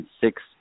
six